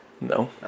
No